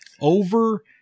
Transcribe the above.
over